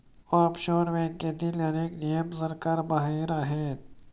offshore बँकेतील अनेक नियम सरकारबाहेर आहेत